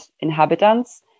inhabitants